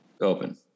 open